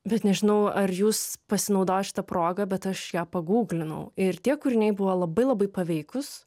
bet nežinau ar jūs pasinaudojot šita proga bet aš ją paguglinau ir tie kūriniai buvo labai labai paveikūs